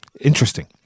Interesting